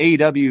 aw